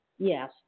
Yes